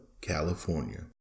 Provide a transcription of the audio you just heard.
California